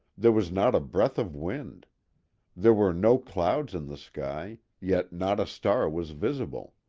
there was not a breath of wind there were no clouds in the sky, yet not a star was visible.